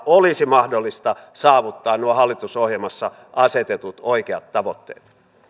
olisi mahdollista saavuttaa nuo hallitusohjelmassa asetetut oikeat tavoitteet